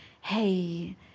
hey